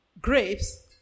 grapes